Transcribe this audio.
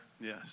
Yes